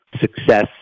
success